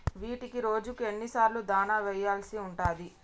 వీటికి రోజుకు ఎన్ని సార్లు దాణా వెయ్యాల్సి ఉంటది?